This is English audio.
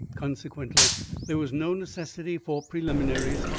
consequently there was no necessity for preliminaries,